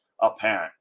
apparent